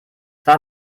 war